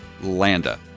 Landa